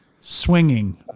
swinging